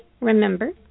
Remember